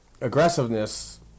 aggressiveness